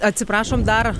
atsiprašom dar